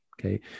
Okay